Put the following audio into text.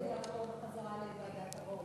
אני מציעה שזה יעבור בחזרה לוועדת ערו"ב.